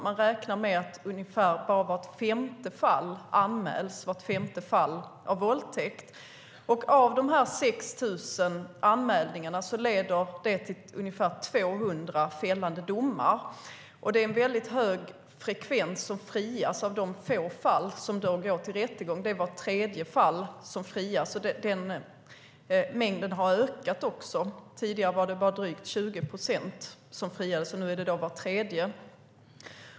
Man räknar med att bara ungefär vart femte fall av våldtäkt anmäls. De 6 000 anmälningarna leder till ungefär 200 fällande domar, och av de få fall som går till rättegång är det en hög frekvens som frias - ungefär vart tredje fall. Den siffran har även ökat; tidigare var det bara drygt 20 procent som friades, och nu är det var tredje.